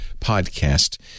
Podcast